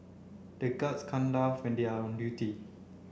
the guards can't laugh when they are on duty